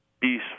peace